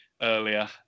earlier